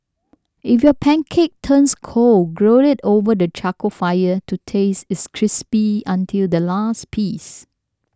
if your pancake turns cold grill it over the charcoal fire to taste it crispy until the last piece